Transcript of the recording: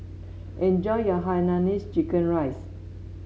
enjoy your Hainanese Chicken Rice